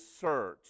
search